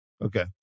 Okay